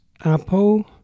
Apple